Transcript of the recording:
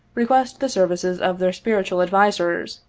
require the services of their spiritual advisers,